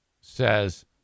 Says